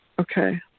Okay